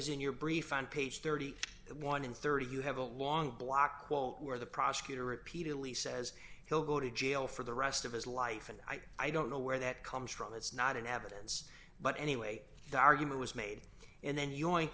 is in your brief on page thirty one and thirty you have a long block quote where the prosecutor repeatedly says he'll go to jail for the rest of his life and i don't know where that comes from it's not in evidence but anyway the argument was made and then you're going